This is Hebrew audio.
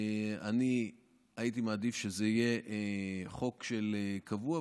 אני הייתי מעדיף שזה יהיה חוק קבוע,